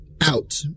out